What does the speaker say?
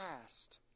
past